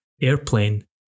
airplane